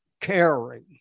caring